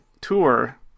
Tour